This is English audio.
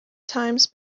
times